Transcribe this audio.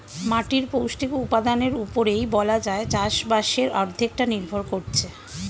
মাটির পৌষ্টিক উপাদানের উপরেই বলা যায় চাষবাসের অর্ধেকটা নির্ভর করছে